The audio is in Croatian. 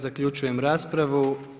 Zaključujem raspravu.